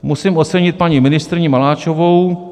Musím ocenit paní ministryni Maláčovou.